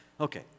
Okay